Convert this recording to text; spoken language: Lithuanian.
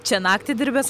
čia naktį dirbęs